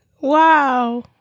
wow